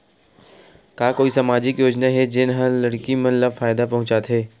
का कोई समाजिक योजना हे, जेन हा लड़की मन ला फायदा पहुंचाथे?